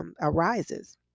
arises